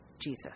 Jesus